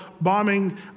bombing